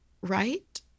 right